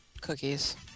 Cookies